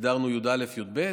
הגדרנו י"א-י"ב.